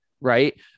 right